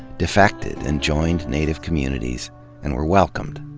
defected and joined native communities and were welcomed.